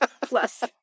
plus